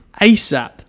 ASAP